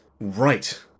Right